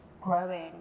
growing